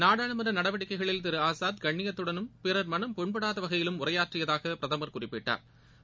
நாடாளுமன்றநடவடிக்கைகளில் திருஆஸாத் கண்ணியத்துடனும் பிறர் மனம் புண்படாதவகையிலும் உரையாற்றியதாகபிரதமா் குறிப்பிட்டாா்